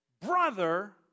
brother